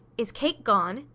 is kate gone?